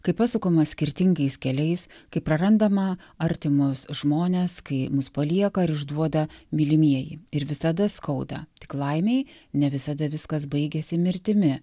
kai pasukama skirtingais keliais kai prarandama artimus žmones kai mus palieka ar išduoda mylimieji ir visada skauda tik laimei ne visada viskas baigiasi mirtimi